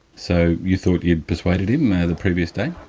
so you thought you'd persuaded him the previous day?